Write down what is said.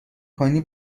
کنی